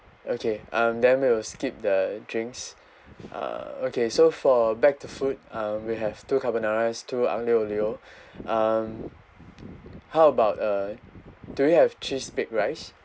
okay um then we'll skip the drinks uh okay so for back to food um we have two carbonaras two aglio-olio um how about uh do you have cheese baked rice